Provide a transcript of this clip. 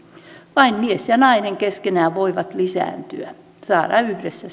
vain mies ja nainen keskenään voivat lisääntyä saada yhdessä